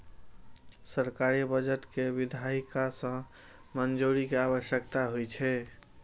सरकारी बजट कें विधायिका सं मंजूरी के आवश्यकता होइ छै